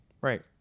right